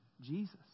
Jesus